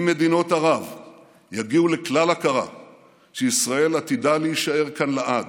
אם מדינות ערב יגיעו לכלל הכרה שישראל עתידה להישאר כאן לעד,